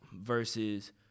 versus